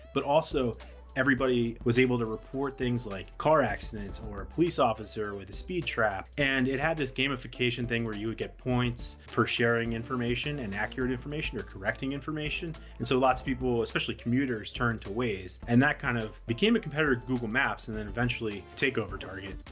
but also everybody was able to report things like car accidents or a police officer with a speed trap. and it had this gamification thing where you would get points for sharing information and accurate information or correcting information. and so lots of people, especially commuters, turn to waze and that kind of became a competitor, competitor, google maps and then eventually takeover target.